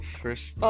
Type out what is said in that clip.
first